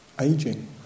aging